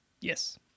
Yes